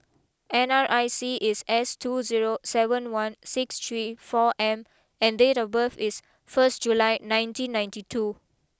N R I C is S two zero seven one six three four M and date of birth is first July nineteen ninety two